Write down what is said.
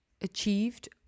achieved